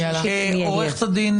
אחרי החלת דין